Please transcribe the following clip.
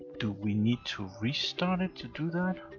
do we need to restart it to do that?